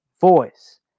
voice